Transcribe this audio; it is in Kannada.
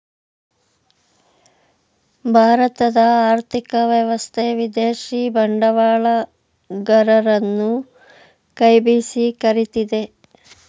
ಭಾರತದ ಆರ್ಥಿಕ ವ್ಯವಸ್ಥೆ ವಿದೇಶಿ ಬಂಡವಾಳಗರರನ್ನು ಕೈ ಬೀಸಿ ಕರಿತಿದೆ